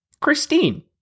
Christine